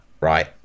right